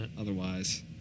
otherwise